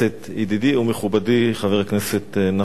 ידידי ומכובדי חבר הכנסת נחמן שי,